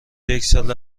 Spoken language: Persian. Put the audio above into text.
یکسال